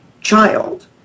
child